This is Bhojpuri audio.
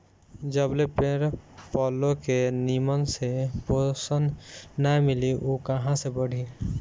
जबले पेड़ पलो के निमन से पोषण ना मिली उ कहां से बढ़ी